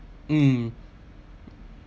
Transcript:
mm